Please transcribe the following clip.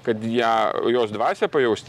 kad ją jos dvasią pajausti